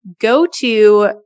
go-to